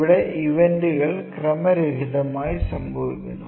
ഇവിടെ ഇവന്റുകൾ ക്രമരഹിതമായി സംഭവിക്കുന്നു